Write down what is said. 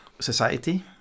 society